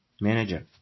Manager